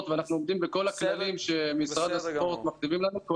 ואנחנו עומדים בכל הכללים שמשרד הספורט מכתיב לנו,